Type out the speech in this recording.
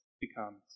becomes